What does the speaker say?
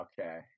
Okay